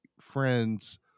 friends